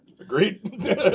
Agreed